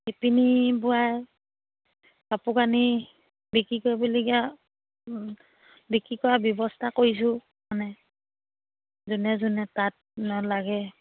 শিপিনী বোৱাই কাপোৰ কানি বিক্ৰী কৰিবলগীয়া বিক্ৰী কৰা ব্যৱস্থা কৰিছোঁ মানে যোনে যোনে তাঁত ন লাগে